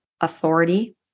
authority